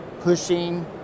pushing